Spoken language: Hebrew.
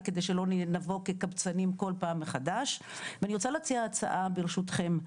כדי שלא נבוא כקבצנים כל פעם מחדש ואני רוצה להציע הצעה ברשותכם,